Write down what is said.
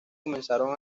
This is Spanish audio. comenzaron